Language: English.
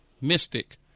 mystic